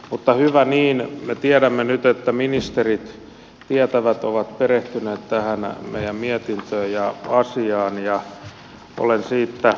mutta hyvä niin me tiedämme nyt että ministerit tietävät ovat perehtyneet tähän meidän mietintöömme ja asiaan ja olen siitä hyvillä mielin